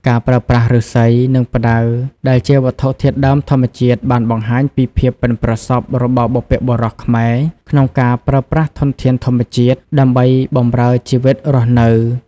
ការប្រើប្រាស់ឫស្សី និងផ្តៅដែលជាវត្ថុធាតុដើមធម្មជាតិបានបង្ហាញពីភាពប៉ិនប្រសប់របស់បុព្វបុរសខ្មែរក្នុងការប្រើប្រាស់ធនធានធម្មជាតិដើម្បីបម្រើជីវិតរស់នៅ។